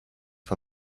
for